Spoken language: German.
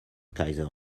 kaiser